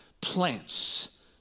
Plants